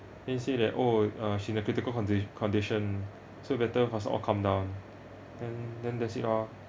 then he say that oh uh she in a critical condi~ condition so better faster all come down then then that's it lah